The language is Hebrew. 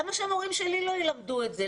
למה שמורים שלי לא ילמדו את זה?